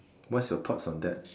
what's your thoughts on that